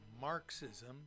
Marxism